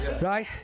Right